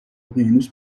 اقیانوس